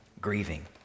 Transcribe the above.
grieving